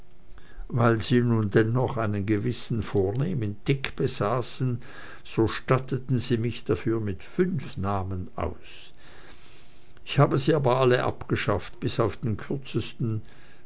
weil sie nun dennoch einen gewissen vornehmen tick besaßen so statteten sie mich dafür mit fünf namen aus ich habe sie aber alle abgeschafft bis auf den kürzesten